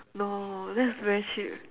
no that's very cheap